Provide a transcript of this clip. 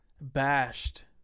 bashed